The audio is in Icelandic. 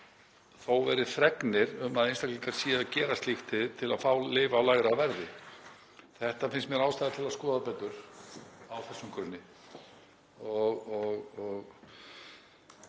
þó verið fregnir um að einstaklingar séu að gera slíkt til að fá lyf á lægra verði. Þetta finnst mér ástæða til að skoða betur á þessum grunni